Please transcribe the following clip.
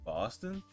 Boston